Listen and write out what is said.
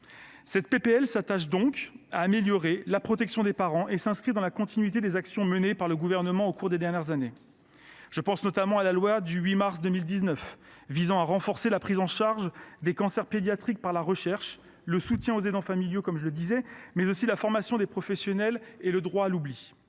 de loi s’attache donc à améliorer la protection des parents. Ce faisant, elle s’inscrit dans la continuité des actions menées par le Gouvernement au cours des dernières années. Je pense notamment à la loi du 8 mars 2019 visant à renforcer la prise en charge des cancers pédiatriques par la recherche, le soutien aux aidants familiaux, la formation des professionnels et le droit à l’oubli.